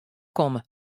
komme